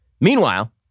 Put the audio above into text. Meanwhile